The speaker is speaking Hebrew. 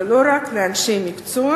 ולא רק לאנשי מקצוע